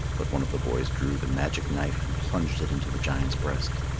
but one of the boys drew the magic knife and plunged it into the giant's breast.